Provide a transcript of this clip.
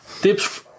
Tips